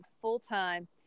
full-time